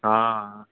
आं आं